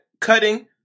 cutting